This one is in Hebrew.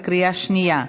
בקריאה שנייה.